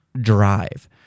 drive